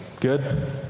Good